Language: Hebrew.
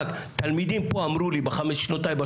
בהרבה מבחינת שעות ותקציבים והכשרה של מורים,